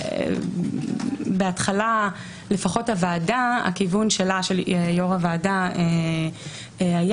בהתחלה לפחות הוועדה הכיוון של יו"ר הוועדה היה